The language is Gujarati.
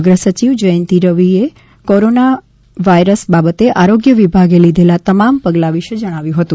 અગ્રસચિવ જયંતિ રવિએ કોરોના વાયરસ બાબતે આરોગ્ય વિભાગે લીઘેલા તમામ પગલાં વિશે જણાવ્યુ હતુ